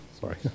Sorry